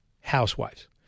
housewives